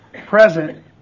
present